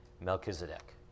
Melchizedek